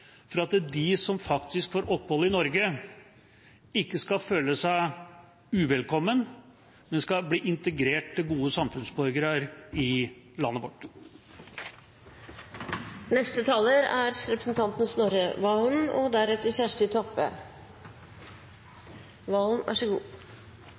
for at de som faktisk får opphold i Norge, ikke skal føle seg uvelkomne, men bli integrert til gode samfunnsborgere i landet vårt. Forestillingen om at venstresida importerer mennesker til Norge for å styrke seg, er